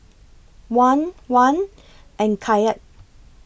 Won Won and Kyat